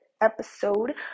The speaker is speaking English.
episode